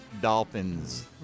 Dolphins